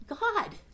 god